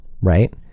right